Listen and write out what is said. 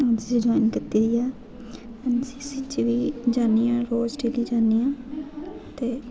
NCC join कीती दी ऐ एनसीसी बिच जेह्ड़ी जन्नी आं रोज डेह्ली जन्नी आं ते